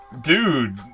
Dude